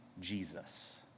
Jesus